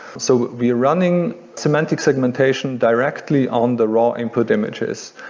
so we're running semantic segmentation directly on the raw input images.